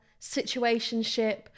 situationship